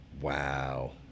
Wow